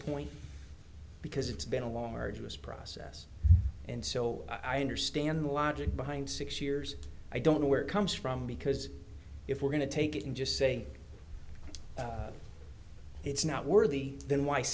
point because it's been a long arduous process and so i understand the logic behind six years i don't know where it comes from because if we're going to take it and just say it's not worthy then wh